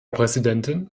präsidentin